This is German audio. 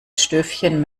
stövchen